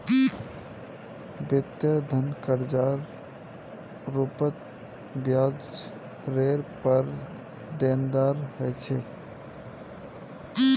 वित्तीय धन कर्जार रूपत ब्याजरेर पर देनदार ह छे